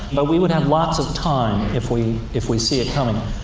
but we would have lots of time, if we if we see it coming.